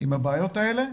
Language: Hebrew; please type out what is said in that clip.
הבעיות האלה,